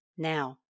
now